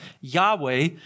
Yahweh